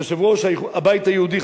יושב-ראש הבית היהודי,